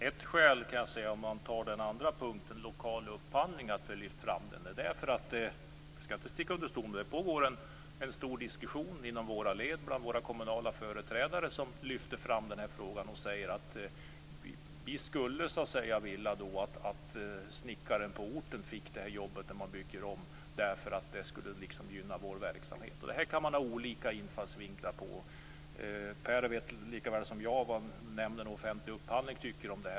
Fru talman! Ett skäl till att vi har lyft fram frågan om lokal upphandling är att det pågår en stor diskussion bland våra kommunala företrädare som lyfter fram den här frågan. De säger: Vi skulle vilja att snickaren på orten fick jobbet att bygga om, därför att det skulle gynna vår verksamhet. Det kan man ha olika infallsvinklar på. Per Landgren vet lika väl som jag vad Nämnden för offentlig upphandling tycker.